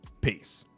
Peace